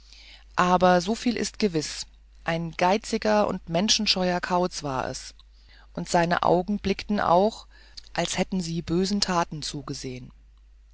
aber so viel ist gewiß ein geiziger und menschenscheuer kauz war es und seine augen blickten auch als hätten sie bösen taten zugesehen